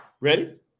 ready